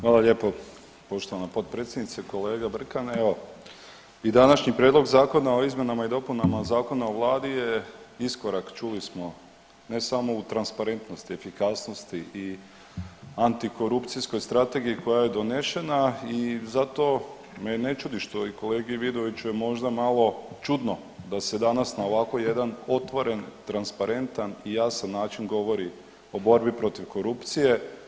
Hvala lijepa poštovana potpredsjednice, kolega Brkane evo i današnji Prijedlog Zakona o izmjenama i dopunama Zakona o vladi je iskorak čuli smo ne samo u transparentnosti, efikasnosti i antikorupcijskoj strategiji koja je donešena i zato me ne čudi što i kolegi Vidoviću je možda malo čudno da se danas na ovako jedan otvoren, transparentan i jasan način govori o borbi protiv korupcije.